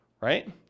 Right